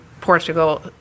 Portugal